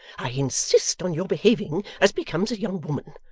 i insist on your behaving as becomes a young woman.